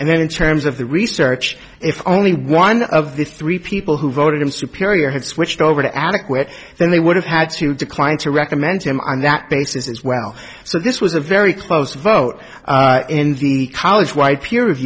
and then in terms of the research if only one of the three people who voted in superior had switched over to adequate then they would have had to decline to recommend him on that basis as well so this was a very close vote in the college wide